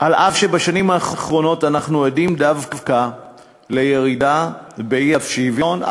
אף שבשנים האחרונות אנחנו עדים דווקא לירידה באי-שוויון,